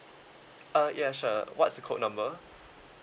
uh ya sure what's the code number